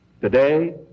Today